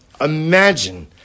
Imagine